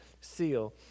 seal